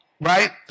right